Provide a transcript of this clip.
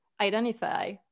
identify